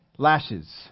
Lashes